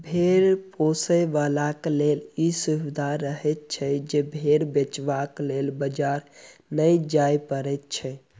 भेंड़ पोसयबलाक लेल ई सुविधा रहैत छै जे भेंड़ बेचबाक लेल बाजार नै जाय पड़ैत छै